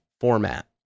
format